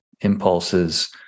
impulses